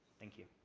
thank you.